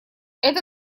это